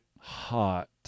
hot